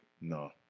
No